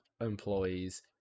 employees